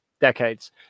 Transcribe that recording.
decades